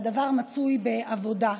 והדבר בעבודה.